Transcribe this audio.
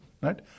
right